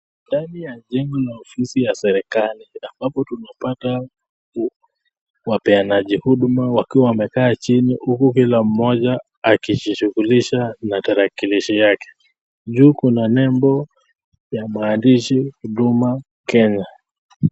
Ndani ya jengo la ofisi ya serikali ambapo tunapata wapeanaji huduma wakiwa wamekaa chini huku kila mmoja akijishughulisha na tarakilishi yake juu kuna nembo ya maandishi huduma Kenya.